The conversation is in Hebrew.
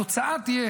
התוצאה תהיה